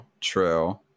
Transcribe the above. true